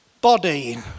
body